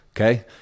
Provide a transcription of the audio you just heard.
Okay